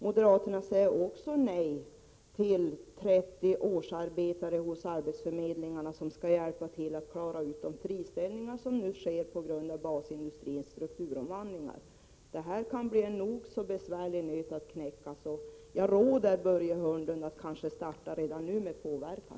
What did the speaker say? Moderaterna säger också nej till 30 årsarbetare hos arbetsförmedlingarna som skall hjälpa till att klara de friställningar som nu sker på grund av basindustrins strukturomvandlingar. Det kan bli en nog så besvärlig nöt att knäcka. Jag råder Börje Hörnlund att starta redan nu med påverkan.